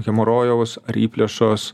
hemorojaus ar įplėšos